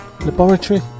Laboratory